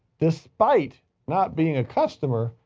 despite not being a customer,